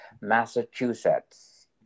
Massachusetts